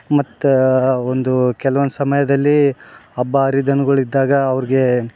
ಮತ್ತು ಒಂದು ಕೆಲ್ವೊಂದು ಸಮಯದಲ್ಲಿ ಹಬ್ಬ ಹರಿದಿನಗಳು ಇದ್ದಾಗ ಅವ್ರ್ಗೆ